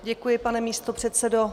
Děkuji, pane místopředsedo.